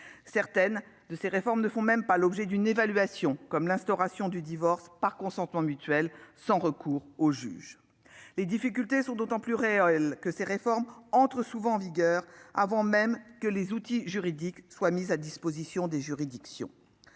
Certaines réformes ne font même pas l'objet d'une évaluation- ainsi de l'instauration du divorce par consentement mutuel sans recours au juge. Les difficultés sont d'autant plus réelles que ces réformes entrent souvent en vigueur avant même que les outils numériques correspondants soient à disposition des juridictions.